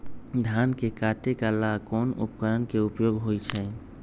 धान के काटे का ला कोंन उपकरण के उपयोग होइ छइ?